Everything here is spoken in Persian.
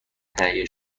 تهیه